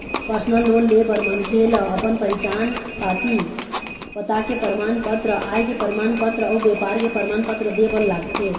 personal loan ले बर मनखे ल अपन पहिचान पाती, पता के परमान पत्र, आय के परमान पत्र अउ बेपार के परमान पत्र दे बर लागथे